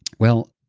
well,